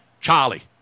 Charlie